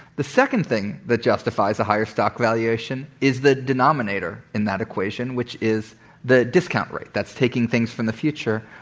the second thing that justifies a higher stock valuation is the denominator in that equation, which is the discount rate that's taking things from the future,